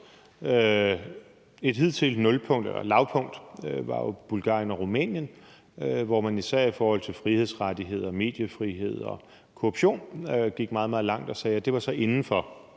Et hidtidigt lavpunkt var jo Bulgarien og Rumænien, hvor man især i forhold til frihedsrettigheder, mediefrihed og korruption gik meget, meget langt og sagde, at det så var inden for